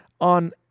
on